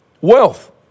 wealth